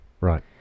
Right